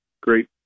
great